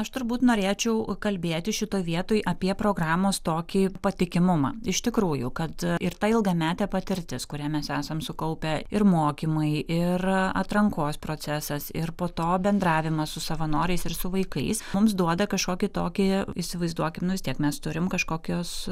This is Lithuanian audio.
aš turbūt norėčiau kalbėti šitoj vietoj apie programos tokį patikimumą iš tikrųjų kad ir ta ilgametė patirtis kurią mes esam sukaupę ir mokymai ir atrankos procesas ir po to bendravimas su savanoriais ir su vaikais mums duoda kažkokį tokį įsivaizduokim nu vis tiek mes turim kažkokius